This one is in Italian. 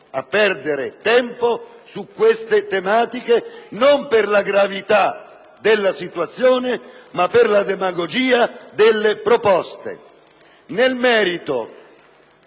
a perdere tempo su queste tematiche, non per la gravità della situazione, ma per la demagogia delle proposte! *(Commenti